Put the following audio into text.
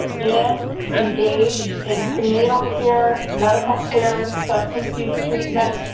and engaged in prenatal care, medical care, substance use treatment,